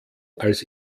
als